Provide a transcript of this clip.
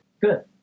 Good